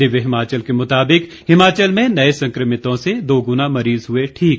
दिव्य हिमाचल के मुताबिक हिमाचल में नए संक्रमितों से दोगुना मरीज हुए ठीक